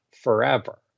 forever